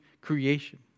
creation